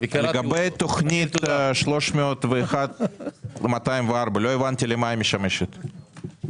לגבי תוכנית 301204, לא הבנתי למה היא משמשת.